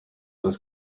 was